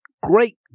great